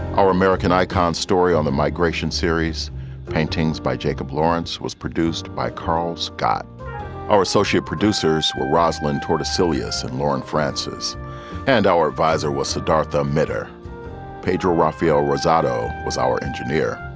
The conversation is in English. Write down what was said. our american icon story on the migration series paintings by jacob lawrence was produced by carl's got our associate producers will roslyn toward a silvius and lauren frances and our visor was siddartha mitter pedro rafael rosario was our engineer.